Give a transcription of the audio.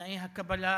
תנאי הקבלה